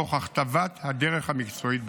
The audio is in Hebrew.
תוך הכתבת הדרך המקצועית בענף.